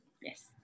yes